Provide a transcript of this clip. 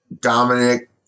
Dominic